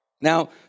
Now